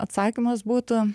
atsakymas būtų